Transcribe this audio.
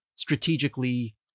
strategically